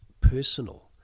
personal